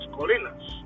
Colinas